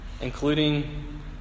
including